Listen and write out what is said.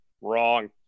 wrong